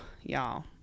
y'all